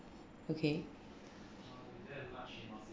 okay